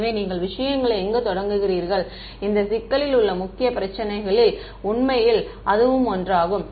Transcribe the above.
எனவே நீங்கள் விஷயங்களை எங்கு தொடங்குகிறீர்கள் இந்த சிக்கலில் உள்ள முக்கிய பிரச்சினைகளில் உண்மையில் அதுவும் ஒன்றாகும்